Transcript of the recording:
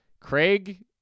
Craig